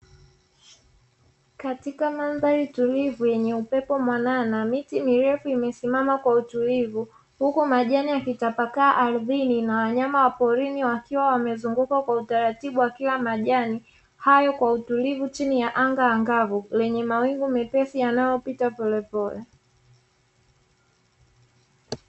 Katika mandhari tulivu yenye upepo mwanana, miti mirefu imesimama kwa utulivu, huku majani yakitapakaa ardhini, na wanyama wa porini wakiwa wamezunguka kwa utaratibu wakila majani hayo, kwa utulivu chini ya anga angavu, lenye mawingu mepesi yanayopita polepole.